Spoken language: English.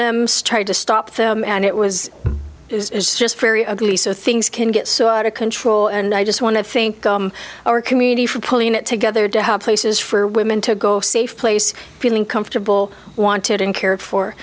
them started to stop them and it was just very ugly so things can get so out of control and i just want to think our community for pulling it together to help places for women to go safe place feeling comfortable wanted and cared for